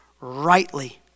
rightly